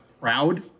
proud